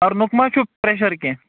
پرنُک ما چھُو پرٛٮ۪شر کیٚنٛہہ